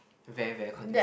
very very conducive